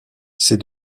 ces